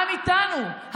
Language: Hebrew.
העם איתנו,